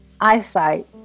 eyesight